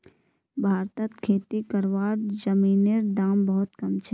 भारतत खेती करवार जमीनेर दाम बहुत कम छे